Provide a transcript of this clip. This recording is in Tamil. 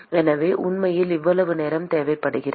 எனவே உண்மையில் இவ்வளவு நேரம் தேவைப்படுகிறது